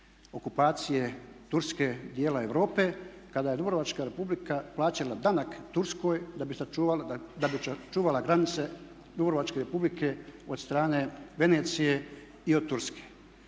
okupacije Turske, dijela Europe kada je Dubrovačka Republika plaćala danak Turskoj da bi sačuvala granice Dubrovačke Republike od strane Venecije i od Turske.